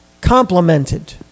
complemented